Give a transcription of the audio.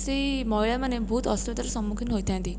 ସେଇ ମହିଳା ମାନେ ବହୁତ ଅସୁବିଧାର ସମୁଖୀନ ହୋଇଥାନ୍ତି